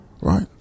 Right